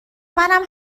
منم